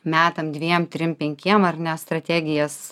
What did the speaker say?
metam dviem trim penkiem ar ne strategijas